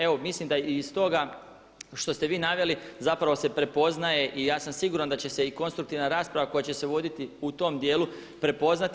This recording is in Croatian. Evo mislim da i iz toga što ste vi naveli zapravo se prepoznaje i ja sam siguran da će se i konstruktivna rasprava koja će se voditi u tom dijelu prepoznati.